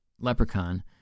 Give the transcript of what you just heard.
leprechaun